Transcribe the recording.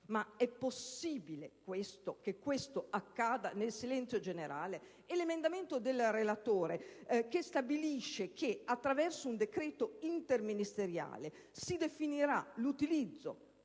È possibile che questo accada nel silenzio generale? Un emendamento del relatore stabilisce inoltre che attraverso un decreto interministeriale si definirà l'utilizzo,